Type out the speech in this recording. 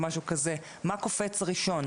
או משהו כזה מה קופץ ראשון?